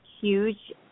huge